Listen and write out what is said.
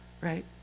right